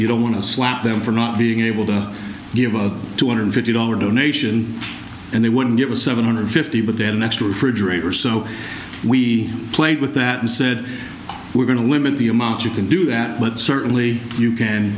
you don't want to slap them for not being able to give us two hundred fifty dollar donation and they wouldn't give a seven hundred fifty but they had an extra refrigerator so we played with that and said we're going to limit the amount you can do that but certainly you can